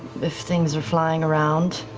if things are flying around.